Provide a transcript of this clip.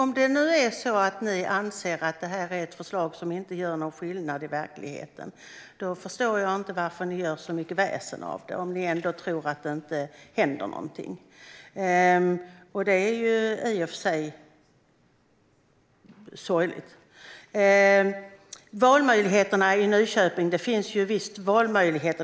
Herr talman! Om ni anser att det här är ett förslag som inte gör någon skillnad i verkligheten förstår jag inte varför ni gör så mycket väsen av det. Det är i och för sig sorgligt om ni anser det. När det gäller valmöjligheterna i Nyköping finns det visst sådana.